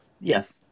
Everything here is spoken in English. Yes